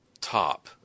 top